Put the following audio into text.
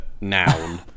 noun